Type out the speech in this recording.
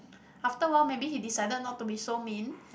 after awhile maybe he decided not to be so mean